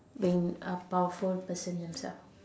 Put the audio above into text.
being uh powerful person themselves